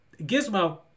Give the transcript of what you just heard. Gizmo